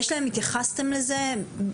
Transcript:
התייחסתם לזה?